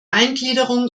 eingliederung